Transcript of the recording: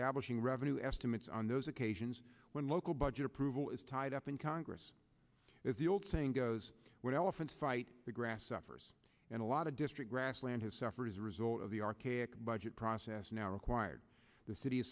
establishing revenue estimates on those occasions when local budget approval is tied up in congress as the old saying goes when elephants fight the grass suffers and a lot of district grassland has suffered as a result of the archaic budget process now required the city